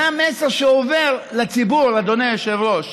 זה המסר שעובר לציבור, אדוני היושב-ראש.